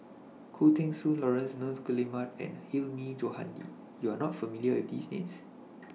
Khoo Teng Soon Laurence Nunns Guillemard and Hilmi Johandi YOU Are not familiar with These Names